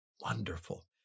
wonderful